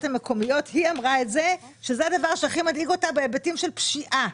המקומיות זה הדבר שהכי מדאיג אותה בהיבטים של פשיעה.